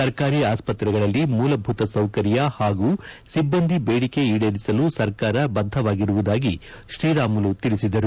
ಸರ್ಕಾರಿ ಆಸ್ವತ್ರೆಗಳಲ್ಲಿ ಮೂಲಭೂತ ಸೌಕರ್ಯ ಹಾಗೂ ಸಿಬ್ಬಂದಿ ಬೇಡಿಕೆ ಈಡೇರಿಸಲು ಸರ್ಕಾರ ಬದ್ದವಾಗಿರುವುದಾಗಿ ಶ್ರೀರಾಮುಲು ತಿಳಿಸಿದರು